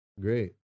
great